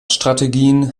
strategien